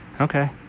Okay